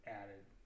added